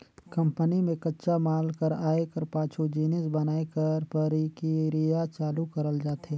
company में कच्चा माल कर आए कर पाछू जिनिस बनाए कर परकिरिया चालू करल जाथे